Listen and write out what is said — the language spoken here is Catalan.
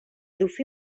dofí